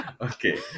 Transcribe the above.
Okay